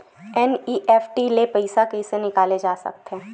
NEFT ले पईसा कइसे निकाल सकत हन?